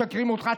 משקרים אותך,